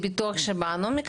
בשב"ן,